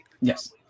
Yes